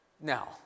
Now